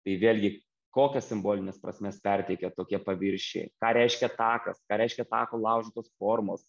tai vėlgi kokias simbolines prasmes perteikia tokie paviršiai ką reiškia takas ką reiškia tako laužytos formos